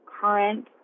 current